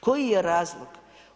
Koji je razlog?